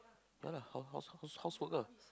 yeah lah house house house work